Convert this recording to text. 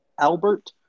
Albert